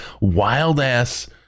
wild-ass